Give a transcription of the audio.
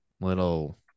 little